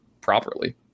properly